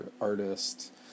artist